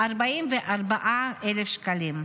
44,000 שקלים,